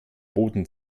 boden